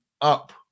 up